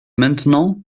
maintenant